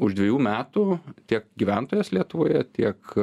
už dvejų metų tiek gyventojas lietuvoje tiek